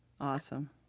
Awesome